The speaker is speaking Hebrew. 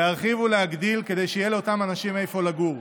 להרחיב ולהגדיל, כדי שיהיה לאותם אנשים איפה לגור,